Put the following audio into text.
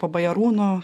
po bajarūno